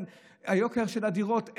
על היוקר של הדירות,